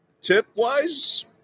tip-wise